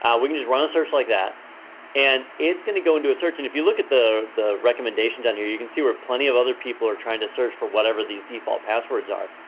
we can just run a search like that and it's gonna go into a search. and if you look at the the recommendations down here, you can see where plenty of other people are trying to search for whatever these default passwords are.